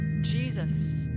Jesus